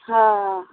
ہاں